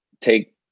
take